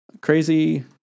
crazy